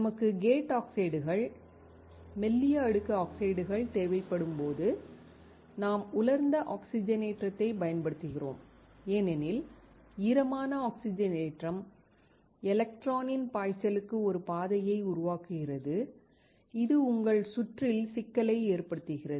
நமக்கு கேட் ஆக்சைடுகள் மெல்லிய அடுக்கு ஆக்சைடுகள் தேவைப்படும்போது நாம் உலர்ந்த ஆக்சிஜனேற்றத்தைப் பயன்படுத்துகிறோம் ஏனெனில் ஈரமான ஆக்சிஜனேற்றம் எலக்ட்ரானின் பாய்ச்சலுக்கு ஒரு பாதையை உருவாக்குகிறது இது உங்கள் சுற்றில் சிக்கலை ஏற்படுத்துகிறது